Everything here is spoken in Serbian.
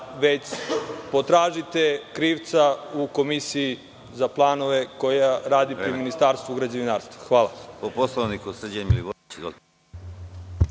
već potražite krivca u Komisiji za planove koja radi pri ministarstvu građevinarstva. Hvala.